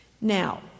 Now